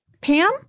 Pam